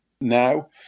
now